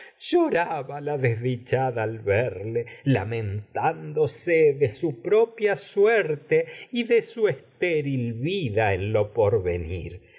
lloraba la desdichada verle lamentándose de vida se en propia suerte y de su estéril que lo porvenir